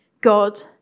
God